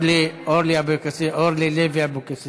גם חברת הכנסת אורלי לוי אבקסיס,